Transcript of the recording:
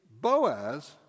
Boaz